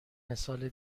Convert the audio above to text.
مثال